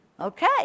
okay